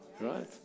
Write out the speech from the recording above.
right